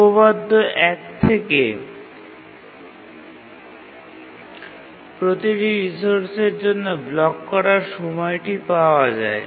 উপপাদ্য ১ থেকে প্রতিটি রিসোর্সের জন্য ব্লক করার সময়টি পাওয়া যায়